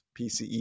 PCE